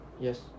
Yes